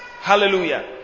Hallelujah